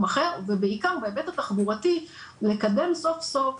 אחר ובעיקר בהיבט התחבורתי לקדם סוף סוף